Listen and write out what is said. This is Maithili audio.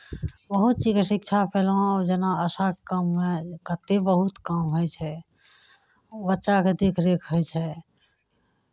बहुत चीजके शिक्षा पयलहुँ जेना आशाके काममे कतेक बहुत काम होइ छै बच्चाके देखरेख होइ छै